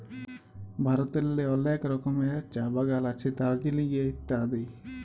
ভারতেল্লে অলেক রকমের চাঁ বাগাল আছে দার্জিলিংয়ে ইত্যাদি